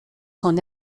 son